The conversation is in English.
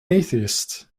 atheist